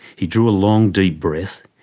he drew a long, deep breath,